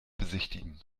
besichtigen